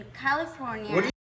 California